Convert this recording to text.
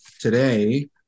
today